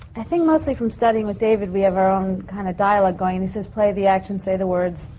i think mostly from studying with david, we have our own kind of dialogue going. it's his play, the actions say the words.